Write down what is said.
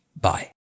Bye